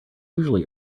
usually